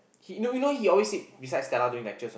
he you know you know he everytime sit beside Stella during lectures